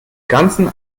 ganzen